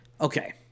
Okay